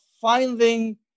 finding